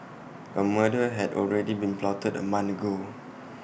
A murder had already been plotted A month ago